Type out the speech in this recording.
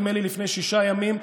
נדמה לי לפני שישה ימים,